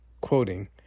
Quoting